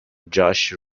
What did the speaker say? josh